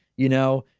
you know,